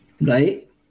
Right